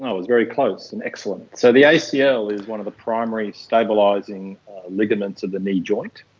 was very close and excellent. so the acl is one of the primary stabilising ligaments of the knee joint,